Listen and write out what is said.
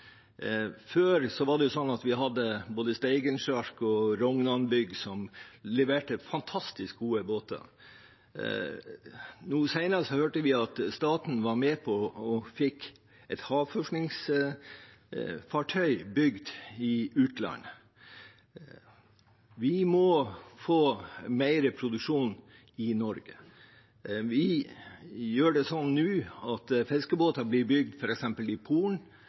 var det sånn at vi hadde både Steigen-sjarken og Rognan som leverte fantastisk gode båter. Nå senest hørte vi at staten var med på å få et havforskningsfartøy bygd i utlandet. Vi må få mer produksjon i Norge. Vi gjør det sånn nå at fiskebåter blir bygd f.eks. i